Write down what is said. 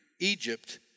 Egypt